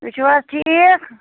تُہۍ چھِوحظ ٹھیٖک